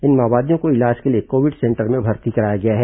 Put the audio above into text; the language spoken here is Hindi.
इन माओवादियों को इलाज के लिए कोविड सेंटर में भर्ती कराया गया है